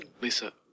Lisa